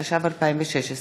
התשע"ו 2016,